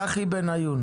המנכ"לית הציעה הצעה